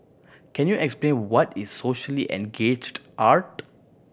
can you explain what is socially engaged art